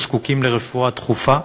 או זקוקים לרפואה דחופה.